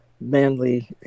manly